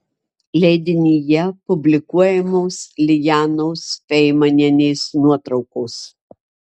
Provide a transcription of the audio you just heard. leidinyje publikuojamos lijanos feimanienės nuotraukos